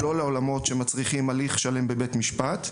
ולא לעולמות שמצריכים הליך שלם בבית משפט.